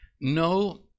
No